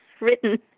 written